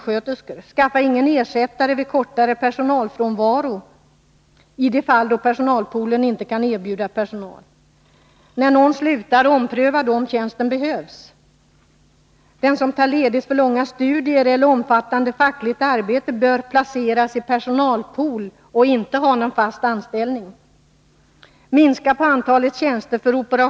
Skaffa ingen ersättare vid kortare personalfrånvaro i de fall då personalpoolen inte kan erbjuda personal. När någon slutar, ompröva då om tjänsten behövs. Den som tar ledigt för långa studier eller omfattande fackligt arbete bör placeras i personalpool och inte ha någon fast anställning.